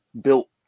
built